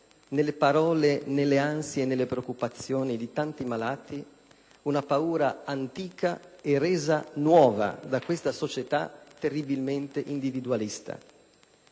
nelle parole, nelle ansie e nelle preoccupazioni di tanti malati, una paura antica e resa nuova da questa società terribilmente individualista: